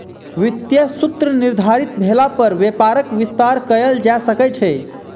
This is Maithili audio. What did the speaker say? वित्तीय सूत्र निर्धारित भेला पर व्यापारक विस्तार कयल जा सकै छै